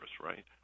right